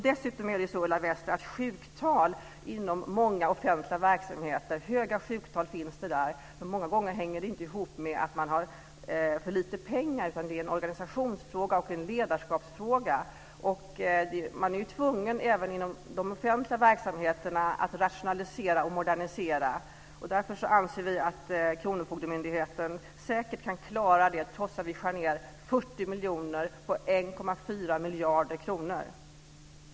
Det finns höga sjuktal inom många offentliga verksamheter, Ulla Wester. Men många gånger hänger de inte ihop med att man har för lite pengar, utan det är en organisationsfråga och en ledarskapsfråga. Även inom de offentliga verksamheterna är man ju tvungen att rationalisera och modernisera. Därför anser vi att kronofogdemyndigheterna säkert kan klara detta, trots att vi skär ned anslaget på 1,4 miljarder kronor med 40 miljoner.